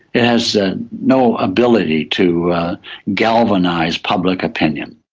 it has ah no ability to galvanise public opinion.